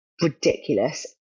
ridiculous